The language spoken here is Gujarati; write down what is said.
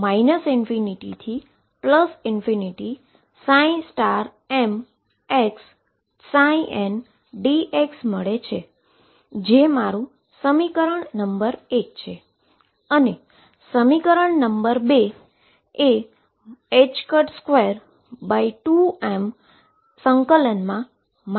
જે આ મારું સમીકરણ નંબર 1 છે